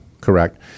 Correct